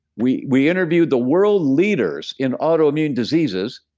we we interviewed the world leaders in autoimmune diseases,